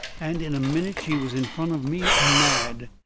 and in a minute she was in front of me, mad.